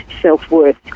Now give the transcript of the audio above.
self-worth